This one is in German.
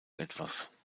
etwas